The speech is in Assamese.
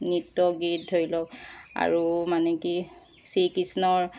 নৃত্য গীত ধৰি লওক আৰু মানে কি শ্ৰী কৃষ্ণৰ